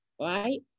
right